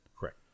Correct